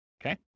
Okay